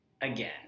again